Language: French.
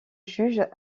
juge